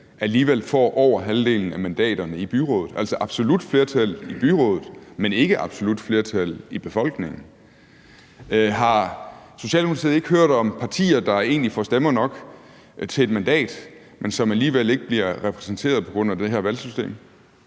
alligevel får over halvdelen af mandaterne i byrådet, altså absolut flertal i byrådet, men ikke absolut flertal i befolkningen? Har Socialdemokratiet ikke hørt om partier, der egentlig får stemmer nok til et mandat, men som alligevel ikke bliver repræsenteret på grund af det her valgsystem?